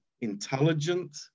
intelligent